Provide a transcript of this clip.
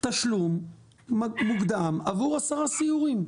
תשלום מוקדם עבור עשרה סיורים?